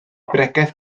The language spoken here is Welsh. bregeth